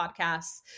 Podcasts